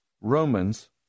Romans